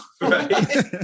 Right